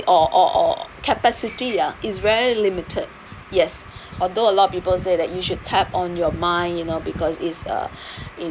or or or capacity ah is very limited yes although a lot of people say that you should tap on your mind you know because it's uh it